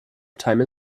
time